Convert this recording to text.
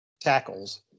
tackles